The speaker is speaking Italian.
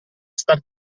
start